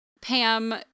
Pam